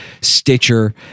Stitcher